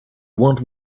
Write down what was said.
want